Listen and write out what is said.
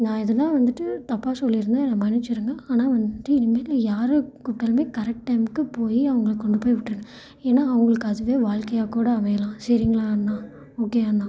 நான் எதனா வந்துட்டு தப்பாக சொல்லியிருந்தா என்னை மன்னிச்சுடுங்க ஆனால் வந்துட்டு இனிமேல் யாரை கூப்பிட்டாலுமே கரெக்ட் டைமுக்கு போய் அவங்கள கொண்டு போய் விட்டுருங்க ஏன்னால் அவங்களுக்கு அதுவே வாழ்க்கையாக கூட அமையலாம் சரிங்களா அண்ணா ஓகே அண்ணா